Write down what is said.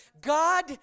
God